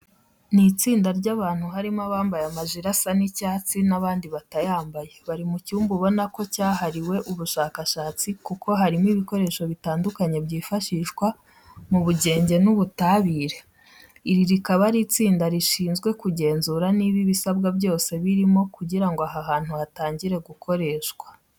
Ni itsenda ry'abantu harimo abambaye amajire asa icyatsi n'abandi batayambaye. Bari mu cyumba ubona ko cyahariwe ubushakashatsi kuko harimo ibikoresho bitandukanye byifashishwa mu bugenge n'ubutabire. Iri rikaba ari itsinda rishinzwe kugenzura niba ibisabwa byose biromo kugira ngo aha hantu hatangire gukoreshwa.